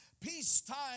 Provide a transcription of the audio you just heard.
peacetime